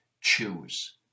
choose